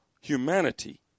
humanity